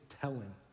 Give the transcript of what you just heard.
telling